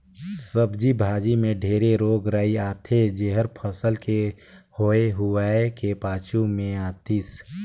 सब्जी भाजी मे ढेरे रोग राई आथे जेहर फसल के होए हुवाए के पाछू मे आतिस